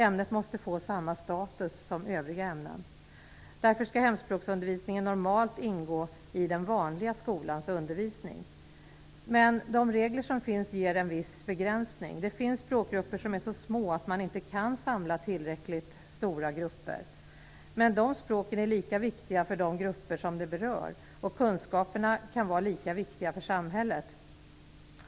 Ämnet måste få samma status som övriga ämnen. Därför skall hemspråksundervisningen normalt ingå i den vanliga skolans undervisning. Men de regler som finns ger en viss begränsning. Det finns språkgrupper som är så små att man inte kan samla tillräckligt stora grupper, men de språken är lika viktiga för de grupper som de berör, och kunskaperna kan vara lika viktiga för samhället.